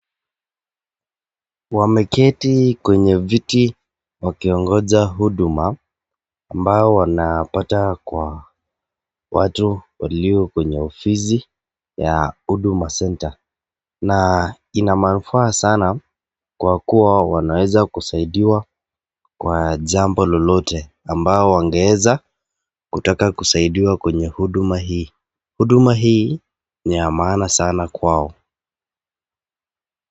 Wameketi kwenye viti wakiongojea huduma ambayo wanapata kwa watu walio kwenye ofisi ya huduma center na ina manufaa sana kwa kuwa wanaweza kusaidiwa kwa jambo lolote ambalo wangeweza kutaka kusaidiwa kwenye huduma hii. Huduma hii ni ya maana sana kwao.